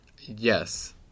Yes